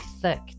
thick